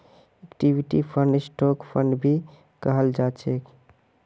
equity फंडक stock fund भी कहाल जा छे